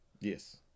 Yes